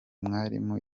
mwarimu